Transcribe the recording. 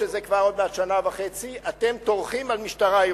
שזה עוד מעט שנה וחצי,